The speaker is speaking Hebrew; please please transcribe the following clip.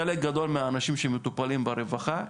חלק גדול מהאנשים שמטופלים ברווחה,